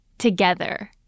Together